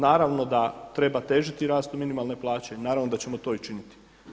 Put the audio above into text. Naravno da treba težiti rastu minimalne plaće i naravno da ćemo to i činiti.